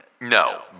No